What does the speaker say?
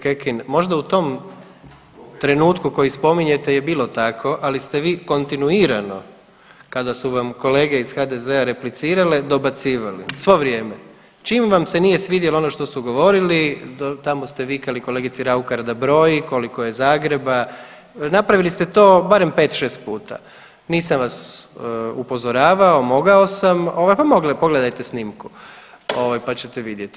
Kolegice Kekin, možda u tom trenutku koji spominjete je bilo tako, ali ste vi kontinuirano kada su vam kolege iz HDZ-a replicirale dobacivali svo vrijeme, čim vam se nije svidjelo ono što su govorili tamo ste vikali kolegici Raukar da broji koliko je Zagreba, napravili ste to barem 5-6 puta, nisam vas upozoravao, mogao sam, pa pogledajte snimku ovaj pa ćete vidjeti.